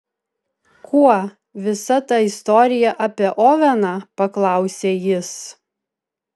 kuo visa ta istorija apie oveną paklausė jis